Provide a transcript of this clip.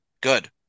good